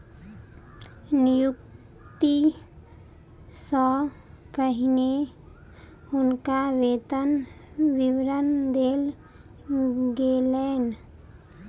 नियुक्ति सॅ पहिने हुनका वेतन विवरण देल गेलैन